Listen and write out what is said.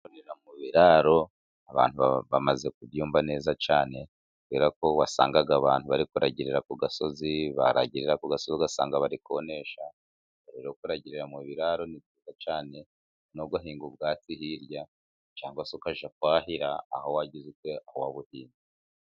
Kuragirira mu biraro abantu bamaze kubyumva neza cyane, kubera ko wasangaga abantu bari kuragira ku gasozi, baragirarira ku gasozi ugasanga bari konesha, rero kuragirira mu biraro ni byiza cyane, no guhinga ubwatsi hirya, cyangwa se ukajya kwahira aho wabuhinze.